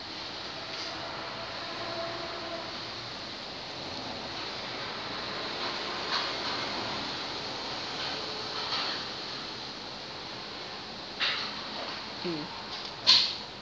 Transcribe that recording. mm